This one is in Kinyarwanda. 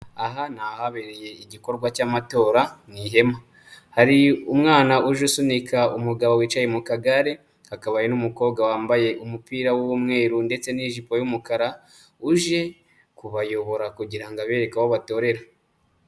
Aha ni ahabereye igikorwa cy'amatora mu ihema, hari umwana uje usunika umugabo wicaye mu kagare, hakaba hari n'umukobwa wambaye umupira w'umweru ndetse n'ijipo y'umukara, uje kubayobora kugira ngo abereke aho batorera.